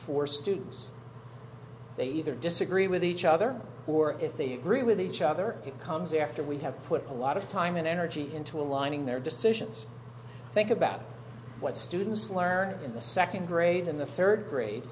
for stu's they either disagree with each other or if they agree with each other it comes after we have put a lot of time and energy into aligning their decisions think about what students learn in the second grade in the third grade